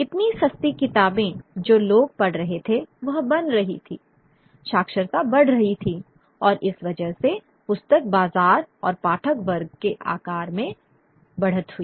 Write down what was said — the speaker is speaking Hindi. इतनी सस्ती किताबें जो लोग पढ़ रहे थे वह बन रही थी साक्षरता बढ़ रही थी और इस वजह से पुस्तक बाजार और पाठक वर्ग के आकार में बढ़त हुई